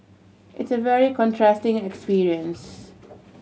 it's a very contrasting experience